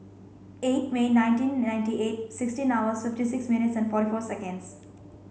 eight May nineteen ninety eight sixteen hours fifty six minutes and forty four seconds